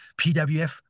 PWF